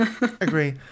agree